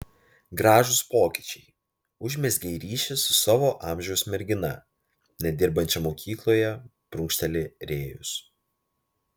gražūs pokyčiai užmezgei ryšį su savo amžiaus mergina nedirbančia mokykloje prunkšteli rėjus